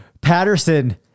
Patterson